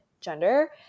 gender